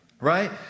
Right